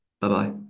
bye-bye